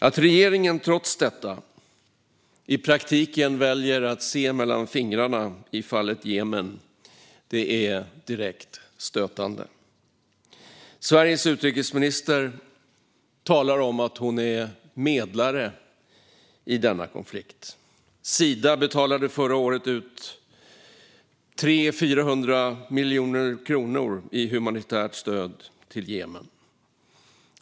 Att regeringen trots detta i praktiken väljer att se mellan fingrarna i fallet Jemen är direkt stötande. Sveriges utrikesminister talar om att hon är medlare i denna konflikt. Sida betalade under förra året ut 300-400 miljoner kronor i humanitärt stöd till Jemen.